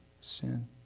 sin